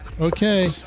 Okay